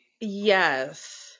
Yes